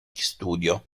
studio